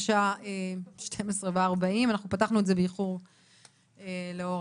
השעה 12:40. אנחנו